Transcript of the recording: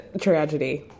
Tragedy